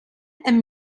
and